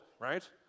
right